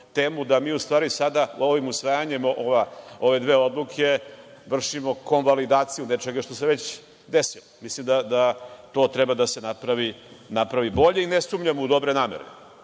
da u stvari sada ovim usvajanjem ove dve odluke vršimo konvalidaciju nečega što se već desilo. Mislim da to treba da se napravi bolje i ne sumnjam u dobre namere,